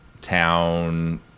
town